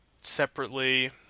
separately